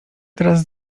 teraz